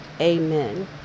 Amen